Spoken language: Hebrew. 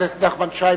חבר הכנסת נחמן שי,